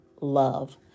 love